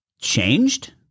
changed